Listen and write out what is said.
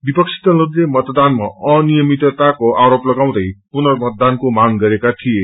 विपक्षी दलहरूले मतदानमा अनियमितताको आरोप लगाउँदै पुनर्मतदानको मांग गरेका थिए